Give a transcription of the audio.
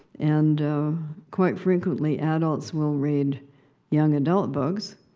and quite frequently, adults will read young adult books,